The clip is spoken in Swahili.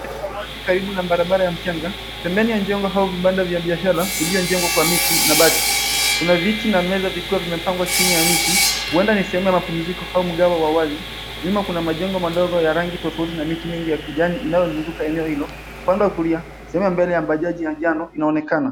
Eneo na wazi karibu na barabara ya mchanga. Pembeni ya njongo hao vibanda vya biashara vilivyojengwa kwa miti na bati. Kuna viti na meza vikiwa vimepangwa chini ya miti. Huenda ni sehemu ya mapumziko au mgawa wa wazi. Nyuma kuna majengo madogo ya rangi tofauti na miti mingi ya kijani inayozunguka eneo hilo. Upande wa kulia, sehemu ya mbele ya mbajaji ya njano inaonekana.